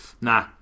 Nah